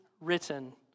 written